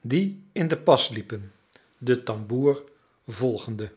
die in den pas liepen den tamboer volgende